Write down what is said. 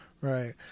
Right